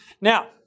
Now